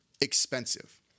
expensive